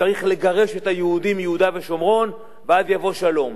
שצריך לגרש את היהודים מיהודה ושומרון ואז יבוא שלום.